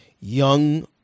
young